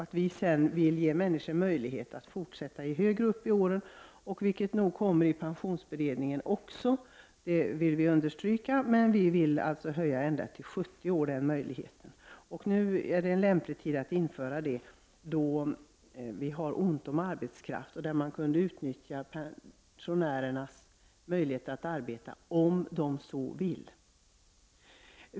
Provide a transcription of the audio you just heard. Vi vill även ge människor möjligheter att fortsätta arbeta högre upp i åldern än vad som antagligen kommer att föreslås av pensionsberedningen. Vi vill understryka detta. Men vi vill ge människor möjligheter att arbeta ända fram till dess de är 70 år. Nu är det en lämplig tid att införa denna möjlighet, eftersom det är ont om arbetskraft. Pensionärerna kan därför utnyttjas som arbetskraft om de så vill.